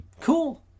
Cool